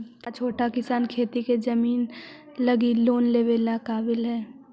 का छोटा किसान खेती के जमीन लगी लोन लेवे के काबिल हई?